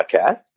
Podcast